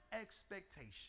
expectation